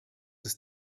ist